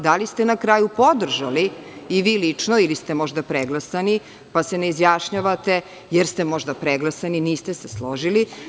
Da li ste na kraju podržali i vi lično, ili ste možda preglasani, pa se ne izjašnjavate, jer ste možda preglasani, niste se složili.